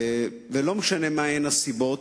ולא משנה מה הסיבות,